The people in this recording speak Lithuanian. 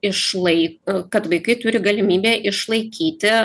išlai kad vaikai turi galimybę išlaikyti